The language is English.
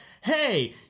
hey